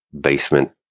basement